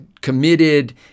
committed